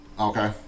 Okay